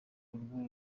urwo